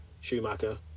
Schumacher